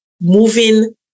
moving